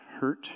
hurt